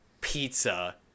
pizza